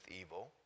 evil